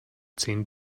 zehn